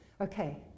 okay